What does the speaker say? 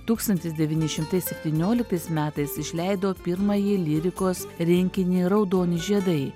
tūkstantis devyni šimtai septynioliktais metais išleido pirmąjį lyrikos rinkinį raudoni žiedai